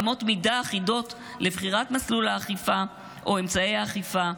אמות מידה אחידות לבחירת מסלול האכיפה או אמצעי האכיפה,